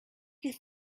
you